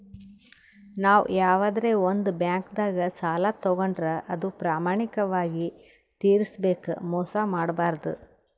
ನಾವ್ ಯವಾದ್ರೆ ಒಂದ್ ಬ್ಯಾಂಕ್ದಾಗ್ ಸಾಲ ತಗೋಂಡ್ರ್ ಅದು ಪ್ರಾಮಾಣಿಕವಾಗ್ ತಿರ್ಸ್ಬೇಕ್ ಮೋಸ್ ಮಾಡ್ಬಾರ್ದು